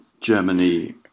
Germany